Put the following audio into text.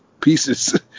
pieces